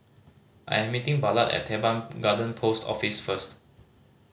i am meeting Ballard at Teban Garden Post Office first